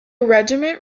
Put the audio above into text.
regiment